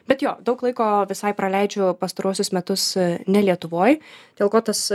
bet jo daug laiko visai praleidžiu pastaruosius metus ne lietuvoj dėl ko tas